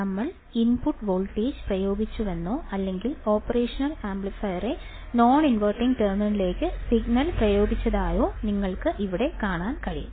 നമ്മൾ input voltage പ്രയോഗിച്ചുവെന്നോ അല്ലെങ്കിൽ ഓപ്പറേഷൻ ആംപ്ലിഫയറിന്റെ നോൺഇൻവർട്ടിംഗ് ടെർമിനലിലേക്ക് സിഗ്നൽ പ്രയോഗിച്ചതായോ നിങ്ങൾക്ക് ഇവിടെ കാണാൻ കഴിയും